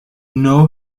know